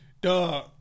Duh